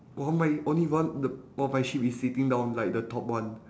oh my only one the of my sheep is sitting down like the top one